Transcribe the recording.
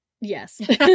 Yes